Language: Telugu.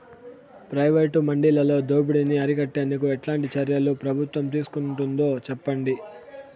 ప్రైవేటు మండీలలో దోపిడీ ని అరికట్టేందుకు ఎట్లాంటి చర్యలు ప్రభుత్వం తీసుకుంటుందో చెప్పండి?